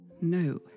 No